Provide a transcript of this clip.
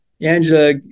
Angela